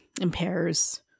impairs